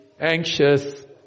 anxious